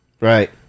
Right